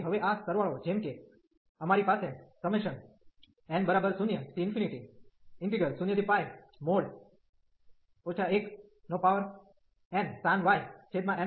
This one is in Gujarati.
તેથી હવે આ સરવાળો જેમ કે અમારી પાસે n00 1nsin y nπydy છે